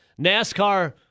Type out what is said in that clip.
NASCAR